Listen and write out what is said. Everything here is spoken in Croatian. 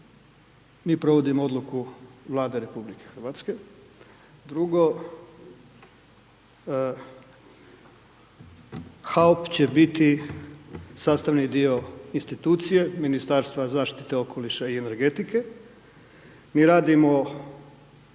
mi provodimo odluku Vlade Republike Hrvatske, drugo, HAOP će biti sastavni dio institucije Ministarstva zaštite okoliša i energetike. Mi radimo,